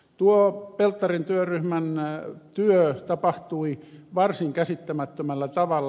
tuo pelttarin työryhmän työ tapahtui varsin käsittämättömällä tavalla